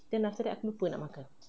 then after that aku lupa nak makan